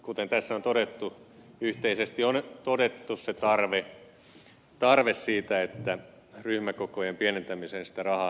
kuten tässä on todettu yhteisesti on todettu tarve siitä että ryhmäkokojen pienentämiseen sitä rahaa tarvitaan